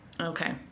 Okay